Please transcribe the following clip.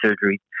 surgery